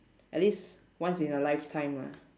at least once in your lifetime lah